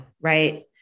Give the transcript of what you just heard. Right